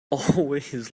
always